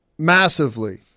massively